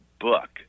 book